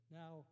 now